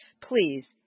please